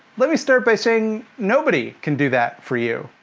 let me start by saying nobody can do that for you.